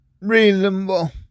reasonable